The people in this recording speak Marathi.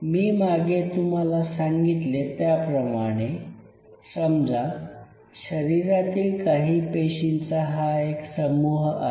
मी मागे तुम्हाला सांगितले त्याप्रमाणे समजा शरीरातील काही पेशींचा हा एक समूह आहे